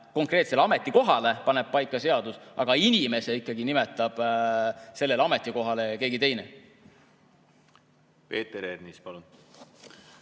konkreetsel ametikohal paneb paika seadus, aga inimese nimetab sellele ametikohale ikkagi keegi teine. Peeter Ernits, palun!